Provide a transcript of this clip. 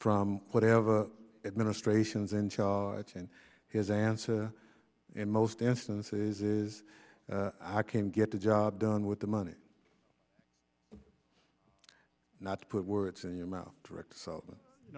from whatever administrations in charge and his answer in most instances is i can get the job done with the money not to put words in your mouth direct